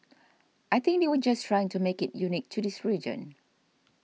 I think they were just trying to make it unique to this region